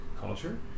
culture